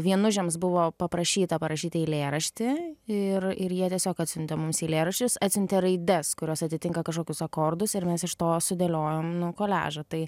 vienužiams buvo paprašyta parašyt eilėraštį ir ir jie tiesiog atsiuntė mums eilėraščius atsiuntė raides kurios atitinka kažkokius akordus ir mes iš to sudėliojom nu koliažą tai